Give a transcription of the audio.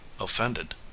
offended